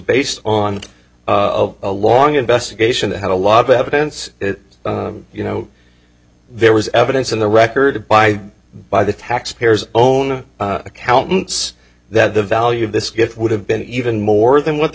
based on of a long investigation that had a lot of evidence that you know there was evidence in the record by by the taxpayers own accountants that the value of this gift would have been even more than what the